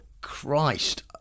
Christ